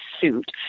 suit